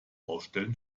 baustellen